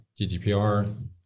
GDPR